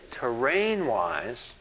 terrain-wise